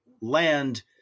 land